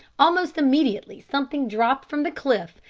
almost immediately something dropped from the cliff,